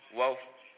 whoa